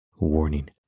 warning